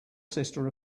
sister